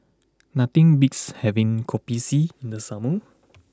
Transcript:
nothing beats having Kopi C in the Summer